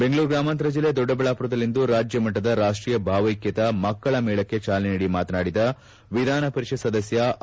ಬೆಂಗಳೂರು ಗ್ರಾಮಾಂತರ ಜಿಲ್ಲೆ ದೊಡ್ಡಬಳ್ಳಾಪುರದಲ್ಲಿಂದು ರಾಜ್ಯ ಮಟ್ಟದ ರಾಷ್ಟೀಯ ಭಾವೈಕ್ಕತೆ ಮಕ್ಕಳ ಮೇಳಕ್ಕ ಚಾಲನೆ ನೀಡಿ ಮಾತನಾಡಿದ ವಿಧಾನ ಪರಿಷತ್ ಸದಸ್ಕ ಅ